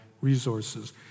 resources